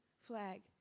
flag